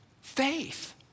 faith